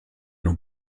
nur